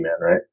right